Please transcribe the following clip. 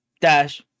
dash